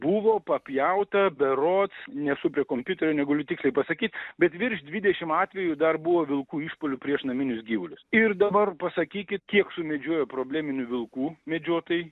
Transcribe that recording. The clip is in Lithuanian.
buvo papjauta berods nesu prie kompiuterio negaliu tiksliai pasakyt bet virš dvidešim atvejų dar buvo vilkų išpuolių prieš naminius gyvulius ir dabar pasakykit kiek sumedžiojo probleminių vilkų medžiotojai